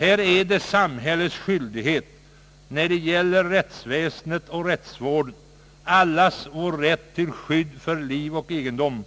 Det är samhällets skyldighet att sätta till alla krafter för att uppnå en ändring inom rättsväsendet och rättsvården, som berör allas vår rätt till skydd för liv och egendom.